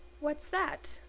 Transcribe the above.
what's that?